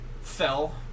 Fell